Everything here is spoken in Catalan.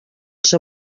ser